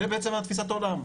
זה בעצם תפיסת העולם.